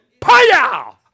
Paya